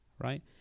Right